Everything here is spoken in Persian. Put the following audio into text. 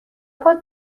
پات